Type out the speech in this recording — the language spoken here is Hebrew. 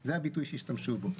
זה הביטוי שהשתמשו בו.